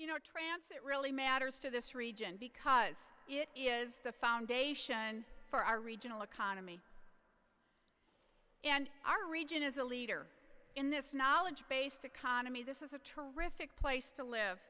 you know trance it really matters to this region because it is the foundation for our regional economy and our region is a leader in this knowledge based economy this is a terrific place to live